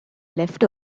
left